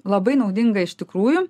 labai naudinga iš tikrųjų